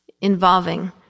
involving